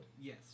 Yes